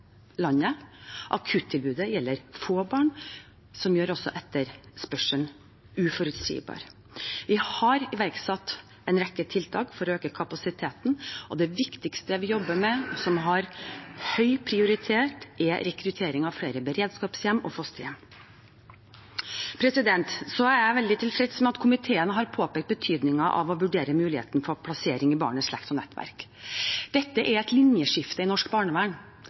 Akuttilbudet gjelder få barn, noe som gjør etterspørselen uforutsigbar. Vi har iverksatt en rekke tiltak for å øke kapasiteten, og det viktigste vi jobber med, som har høy prioritet, er rekruttering av flere beredskapshjem og fosterhjem. Jeg er veldig tilfreds med at komiteen har påpekt betydningen av å vurdere muligheten for plassering i barnets slekt og nettverk. Dette er et linjeskifte i norsk barnevern,